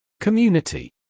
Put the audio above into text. Community